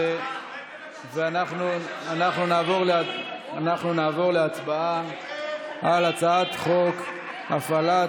אנחנו נעבור להצבעה על הצעת חוק הפעלת